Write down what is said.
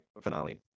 finale